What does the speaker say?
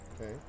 Okay